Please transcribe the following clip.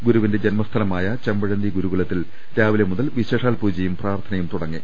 ഗുരുവിന്റെ ജന്മസ്ഥലമായ ചെമ്പ ഴന്തി ഗുരുകുലത്തിൽ രാവിലെ മുതൽ വിശേഷാൽ പുജയും പ്രാർത്ഥ നയും തുടങ്ങി